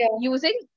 using